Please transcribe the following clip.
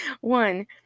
One